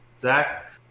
Zach